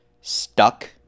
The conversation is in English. stuck